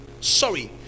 sorry